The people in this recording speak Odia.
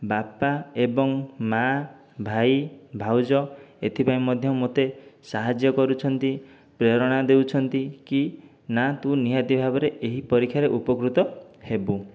ବାପା ଏବଂ ମାଆ ଭାଇ ଭାଉଜ ଏଥିପାଇଁ ମଧ୍ୟ ମୋତେ ସାହାଯ୍ୟ କରୁଛନ୍ତି ପ୍ରେରଣା ଦେଉଛନ୍ତି କି ନା ତୁ ନିହାତି ଭାବରେ ଏହି ପରୀକ୍ଷାରେ ଉପକୃତ ହେବୁ